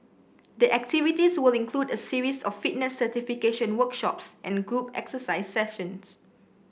the activities will include a series of fitness certification workshops and group exercise sessions